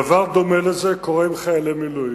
דבר דומה לזה קורה עם חיילי מילואים.